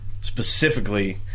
specifically